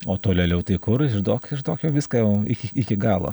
o tolėliau tai kur išduok išduok jau viską jau ik iki galo